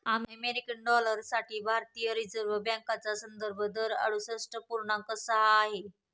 American dollar साठी भारतीय reserve बँकेचा संदर्भ दर अडुसष्ठ पूर्णांक सहा आहे